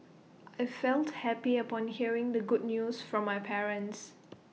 I felt happy upon hearing the good news from my parents